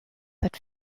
that